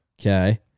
Okay